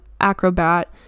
acrobat